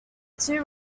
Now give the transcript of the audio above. two